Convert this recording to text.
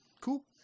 Cool